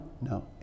no